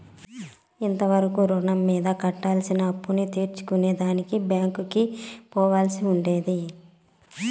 ఇది వరకు రుణం మీద కట్టాల్సిన అప్పుని తెల్సుకునే దానికి బ్యాంకికి పోవాల్సి ఉండేది